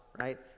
right